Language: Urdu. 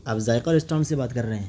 آپ ذائقہ ریسٹورنٹ سے بات کر رہے ہیں